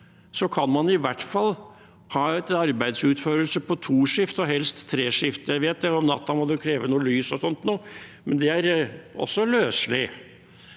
kan man i hvert fall ha en arbeidsutførelse på to skift og helst tre skift. Jeg vet at om natten kreves det noe lys og slikt, men det er også løselig.